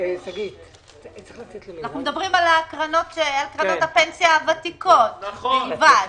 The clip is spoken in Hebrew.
אתה מדבר על קרנות הפנסיה הוותיקות בלבד.